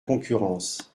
concurrence